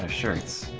ah shirts